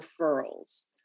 referrals